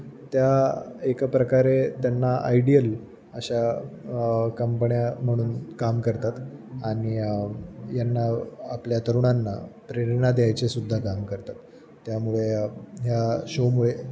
त्या एका प्रकारे त्यांना आयडियल अशा कंपण्या म्हणून काम करतात आणि यांना आपल्या तरुणांना प्रेरणा द्यायचेसुद्धा काम करतात त्यामुळे ह्या शोमुळे